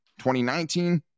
2019